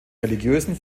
religiösen